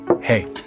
hey